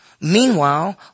Meanwhile